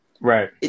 Right